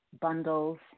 bundles